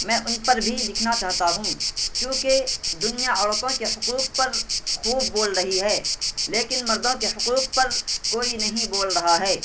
میں ان پر بھی لکھنا چاہتا ہوں کیونکہ دنیا عورتوں کے حقوق پر خوب بول رہی ہے لیکن مردوں کے حقوق پر کوئی نہیں بول رہا ہے